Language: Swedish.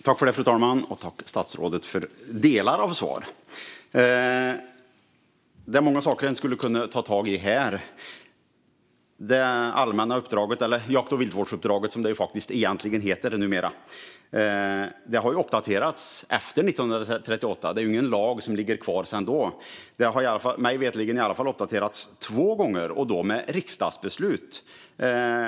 Fru talman! Jag tackar statsrådet för delar av svaret. Det är många saker som man skulle kunna ta tag i här. Det allmänna uppdraget, eller jakt och viltvårdsuppdraget som det egentligen heter numera, har uppdaterats efter 1938. Det är ingen lag som ligger kvar sedan dess. Mig veterligen har det i alla fall uppdaterats två gånger och då med riksdagsbeslut.